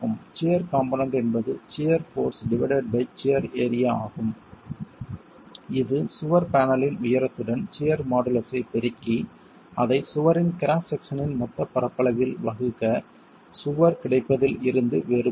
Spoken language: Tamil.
சியர் காம்போனென்ட் என்பது shear force divided by shear area ஆகும் இது சுவர் பேனலின் உயரத்துடன் சியர் மாடுலஸை பெருக்கி அதை சுவரின் கிராஸ் செக்சனின் மொத்த பரப்பளவில் வகுக்க சுவர் கிடைப்பதில் இருந்து வேறுபட்டது